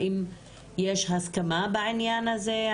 האם יש הסכמה בעניין הזה,